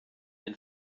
den